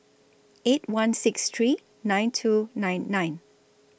eight one six three nine two nine nine